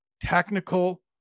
technical